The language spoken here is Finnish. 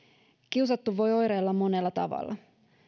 kiusattu voi oireilla monella tavalla